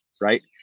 Right